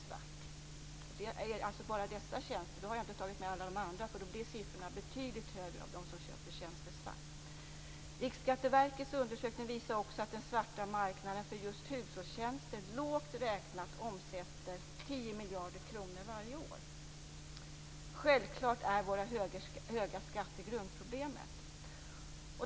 Siffran gäller alltså bara dessa tjänster. Jag har inte tagit med alla de andra, för då blir siffrorna betydligt högre för dem som köper tjänster svart. Riksskatteverkets undersökning visar också att den svarta marknaden för just hushållstjänster lågt räknat omsätter 10 miljarder kronor varje år. Självklart är våra höga skatter grundproblemet.